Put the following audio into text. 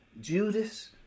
Judas